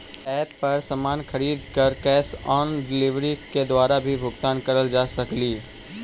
app पर सामानों को खरीद कर कैश ऑन डिलीवरी के द्वारा भी भुगतान करल जा सकलई